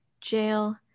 jail